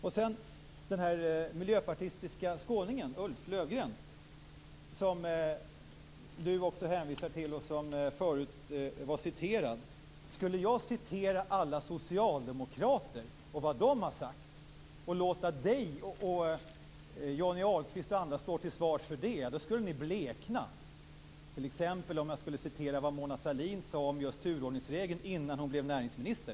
Christina Axelsson hänvisar till en miljöpartistisk skåning, Ulf Löfgren, som också citerades förut. Om jag skulle citera vad alla socialdemokrater har sagt och låta Christina Axelsson, Johnny Ahlqvist och andra stå till svars, skulle ni blekna. Jag kan t.ex. citera vad Mona Sahlin sade om just turordningsregeln innan hon blev näringsminister.